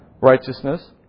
righteousness